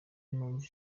impamvu